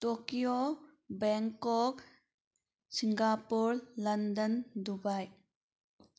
Tokyo Bangkok Singapore London Dubai